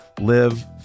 live